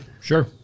Sure